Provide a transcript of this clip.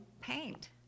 paint